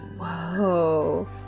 Whoa